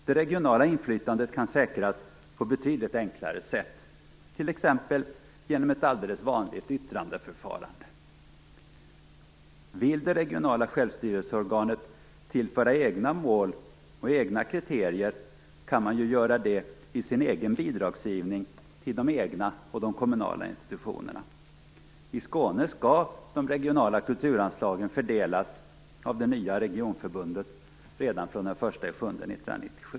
Det regionala inflytandet kan säkras på betydligt enklare sätt, t.ex. genom ett alldeles vanligt yttrandeförfarande. Vill det regionala självstyrelseorganet tillföra egna mål och egna kriterier kan man ju göra det i sin egen bidragsgivning till de egna och de kommunala institutionerna. I Skåne skall de regionala kulturanslagen fördelas av det nya regionförbundet redan från den 1 juli 1997.